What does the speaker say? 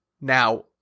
Now